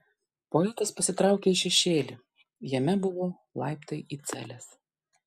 poetas pasitraukė į šešėlį jame buvo laiptai į celes